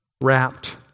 wrapped